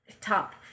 top